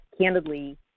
candidly